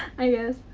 i guess.